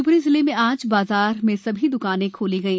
शिवपुरी जिले में आज बाजार में सभी द्काने खोलीं गई